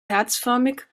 herzförmig